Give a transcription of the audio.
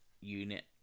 unit